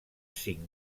cinc